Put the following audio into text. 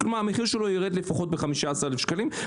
המחיר שלו ירד לפחות ב-15,000 שקלים,